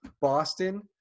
Boston